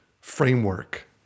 framework